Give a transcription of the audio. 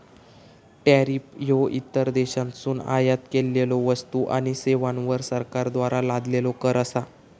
tariff ह्यो इतर देशांतसून आयात केलेल्यो वस्तू आणि सेवांवर सरकारद्वारा लादलेलो कर असा